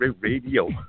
radio